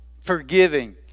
Forgiving